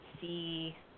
see